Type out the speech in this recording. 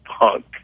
punk